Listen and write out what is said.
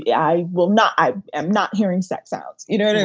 yeah i will not. i am not hearing sex out you know in and